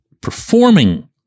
performing